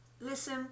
listen